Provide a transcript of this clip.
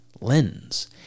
lens